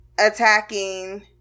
attacking